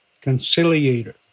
conciliator